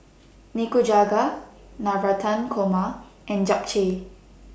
Nikujaga Navratan Korma and Japchae